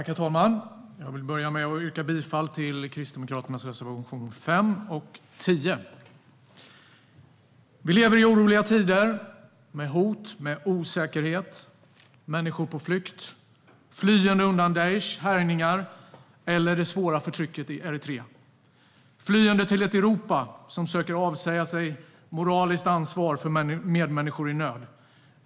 Herr talman! Jag vill börja med att yrka bifall till Kristdemokraternas reservationer 5 och 10. Vi lever i oroliga tider, med hot och osäkerhet, med människor på flykt, flyende undan Daishs härjningar eller det svåra förtrycket i Eritrea, flyende till ett Europa som söker avsäga sig moraliskt ansvar för medmänniskor i nöd.